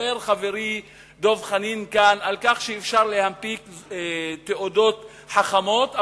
דיבר חברי דב חנין כאן על כך שאפשר להנפיק תעודות חכמות,